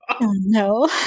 No